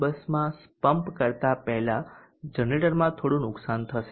બસમાં પમ્પ કરતા પહેલા જનરેટરમાં થોડું નુકસાન થશે